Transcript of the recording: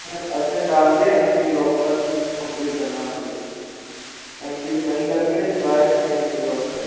earthing डाल के M C B box तक कंप्लीट करना है उसे एम सी बी नहीं लगी लेकिन वाइरिंग है एम सी बी बॉक्स तक